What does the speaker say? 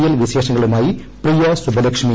L വിശേഷങ്ങളുമായി പ്രിയ സുബ്ബലക്ഷ്മി